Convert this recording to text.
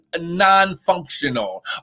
non-functional